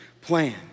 plan